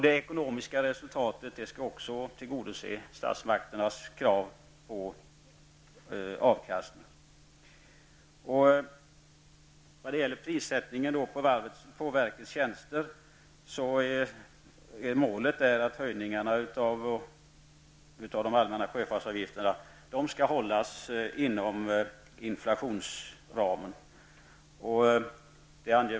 Det ekonomiska resultatet skall också tillgodose statsmakternas krav på avkastning. När det gäller prissättningen på verkets tjänster är målet att höjningarna av de allmänna sjöfartsavgifterna skall hållas inom inflationsramen.